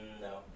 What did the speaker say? no